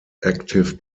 active